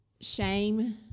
shame